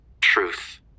Truth